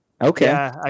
Okay